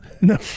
No